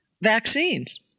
vaccines